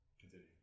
continue